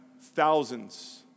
thousands